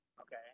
Okay